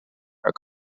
are